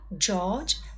George